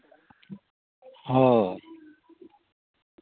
ᱦᱳᱭ